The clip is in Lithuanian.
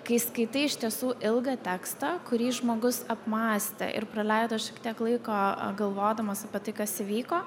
kai skaitai iš tiesų ilgą tekstą kurį žmogus apmąstė ir praleido šiek tiek laiko galvodamas apie tai kas įvyko